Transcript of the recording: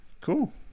Cool